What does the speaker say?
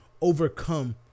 overcome